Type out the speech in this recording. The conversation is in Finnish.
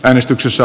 äänestyksessä